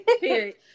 Period